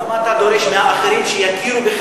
למה אתה דורש מהאחרים שיכירו בך,